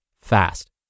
fast